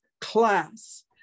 Class